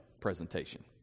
presentation